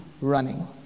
Running